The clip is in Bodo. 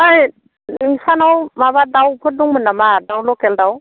ओइ नोंस्रानाव माबा दाउफोर दंमोन नामा दाउ लकेल दाउ